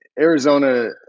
arizona